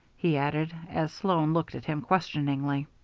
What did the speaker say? he added as sloan looked at him questioningly.